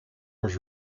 was